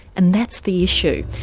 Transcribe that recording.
and that's the issue.